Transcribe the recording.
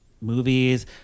movies